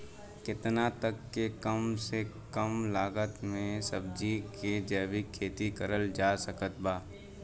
केतना तक के कम से कम लागत मे सब्जी के जैविक खेती करल जा सकत बा?